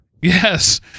Yes